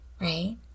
right